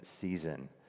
season